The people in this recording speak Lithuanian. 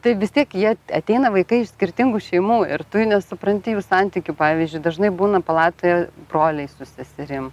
tai vis tiek jie ateina vaikai iš skirtingų šeimų ir tu nesupranti jų santykių pavyzdžiui dažnai būna palatoje broliai su seserim